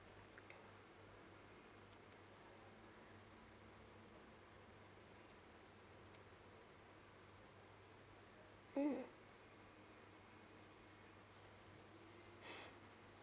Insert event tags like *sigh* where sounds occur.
*breath* mm *breath*